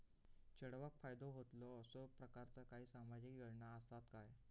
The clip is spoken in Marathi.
चेडवाक फायदो होतलो असो प्रकारचा काही सामाजिक योजना असात काय?